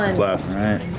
um last